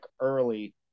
early